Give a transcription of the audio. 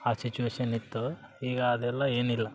ಆ ಚಿಚುವೇಷನ್ ಇತ್ತು ಈಗ ಅದೆಲ್ಲ ಏನಿಲ್ಲ